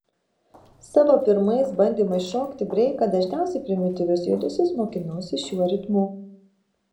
savo pirmais bandymais šokti breiką dažniausiai primityvius judesius mokinausi šiuo ritmu